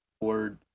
Word